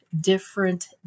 different